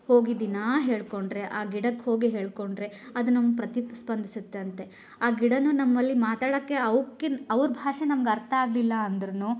ಹೋಗಿ ದಿನಾ ಹೇಳಿಕೊಂಡ್ರೆ ಆ ಗಿಡಕ್ಕೆ ಹೋಗಿ ಹೇಳಿಕೊಂಡ್ರೆ ಅದು ನಮ್ಗೆ ಪ್ರತಿಸ್ಪಂದಿಸುತ್ತೆ ಅಂತೆ ಆ ಗಿಡವೂ ನಮ್ಮಲ್ಲಿ ಮಾತಾಡೋಕ್ಕೆ ಅವಕ್ಕೆ ಅವ್ರ ಭಾಷೆ ನಮ್ಗೆ ಅರ್ಥ ಆಗಲಿಲ್ಲ ಅಂದರೂನು